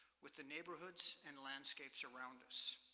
with the neighborhoods and landscapes around us.